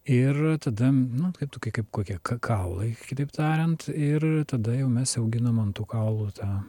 ir tada nu kaip tokie kaip kokie k kaulai kitaip tariant ir tada jau mes jau auginom an tų kaulų tą